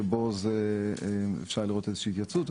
שבו אפשר לראות איזושהי התייצבות,